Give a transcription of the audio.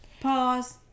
Pause